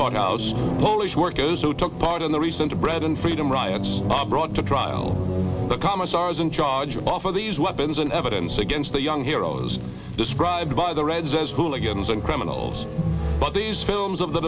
chord house polish workers who took part in the recent bread and freedom riots brought to trial the commissar is in charge of the for these weapons and evidence against the young heroes described by the reds as hooligans and criminals but these films of the